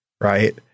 Right